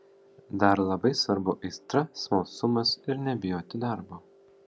dar labai svarbu aistra smalsumas ir nebijoti darbo